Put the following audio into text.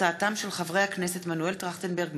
הצעתם של חברי הכנסת מנואל טרכטנברג,